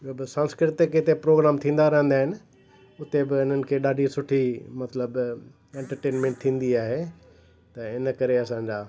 ॿियों बि सांस्कृतिक हिते प्रोग्राम थींदा रहंदा आहिनि उते बि इन्हनि खे ॾाढी सुठी मतिलबु एंटरटेनमेंट थींदी आहे त इन करे असांजा